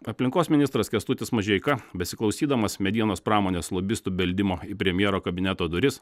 aplinkos ministras kęstutis mažeika besiklausydamas medienos pramonės lobistų beldimo į premjero kabineto duris